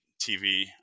TV